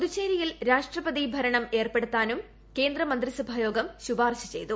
പുതുച്ചേരിയിൽ രാഷ്ട്രപതി ഭരണം ഏർപ്പെടുത്താനും കേന്ദ്ര മന്ത്രിസഭാ യോഗം ശുപാർശ ചെയ്തു